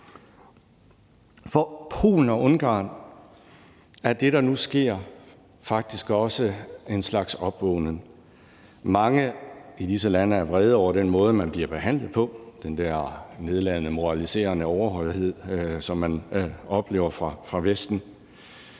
For Polen og Ungarn er det, der nu sker, faktisk også en slags opvågnen. Mange i disse lande er vrede over den måde, man bliver behandlet på – den der nedladende, moraliserende overhøjhed, som man oplever fra Vesten;